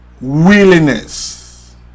willingness